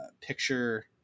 picture